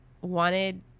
wanted